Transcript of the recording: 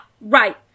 right